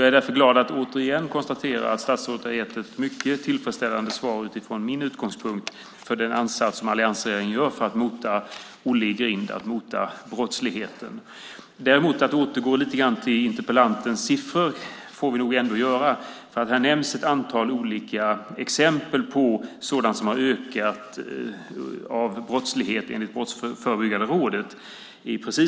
Jag är glad att återigen kunna konstatera att statsrådet utifrån min utgångspunkt gett ett mycket tillfredsställande svar beträffande den ansats som alliansregeringen har för att mota Olle i grind, att motverka brottsligheten. Vi får nog lite grann återgå till interpellantens siffror, för här nämns ett antal exempel på sådan brottslighet som enligt Brottsförebyggande rådet ökat.